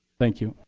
thank you.